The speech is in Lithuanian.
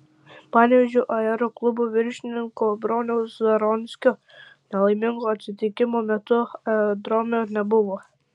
panevėžio aeroklubo viršininko broniaus zaronskio nelaimingo atsitikimo metu aerodrome nebuvo